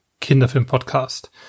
Kinderfilm-Podcast